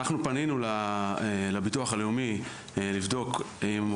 אנחנו פנינו לביטוח הלאומי לבדוק אם הם